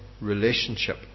relationship